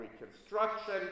reconstruction